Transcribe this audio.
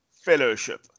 fellowship